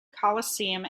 coliseum